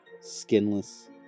skinless